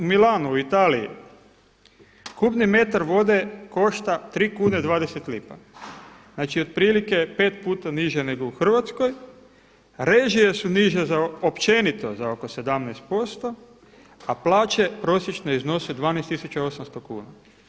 U Milanu u Italiji kubni metar vode košta 3,20 kuna, znači otprilike pet puta niže nego u Hrvatskoj, režije su niže općenito za oko 17% a plaće prosječne iznose 12 800 kuna.